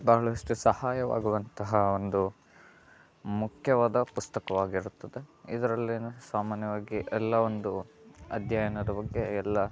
ಭಾಳಷ್ಟು ಸಹಾಯವಾಗುವಂತಹ ಒಂದು ಮುಖ್ಯವಾದ ಪುಸ್ತಕವಾಗಿರುತ್ತದೆ ಇದರಲ್ಲಿ ಸಾಮಾನ್ಯವಾಗಿ ಎಲ್ಲ ಒಂದು ಅಧ್ಯಯನದ ಬಗ್ಗೆ ಎಲ್ಲ